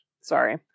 Sorry